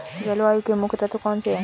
जलवायु के मुख्य तत्व कौनसे हैं?